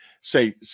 say